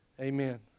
Amen